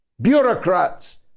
bureaucrats